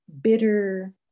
bitter